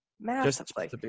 Massively